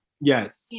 yes